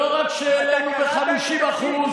אני אזכיר לך שאנחנו העלינו את שכר החיילים ב-50%.